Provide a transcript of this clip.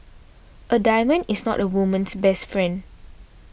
a diamond is not a woman's best friend